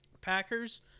Packers